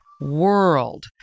world